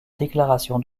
déclaration